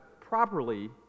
properly